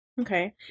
Okay